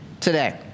today